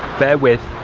bare with.